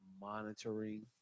monitoring